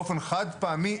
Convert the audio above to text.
באופן חד פעמי,